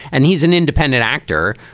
and he's an independent actor,